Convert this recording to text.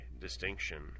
distinction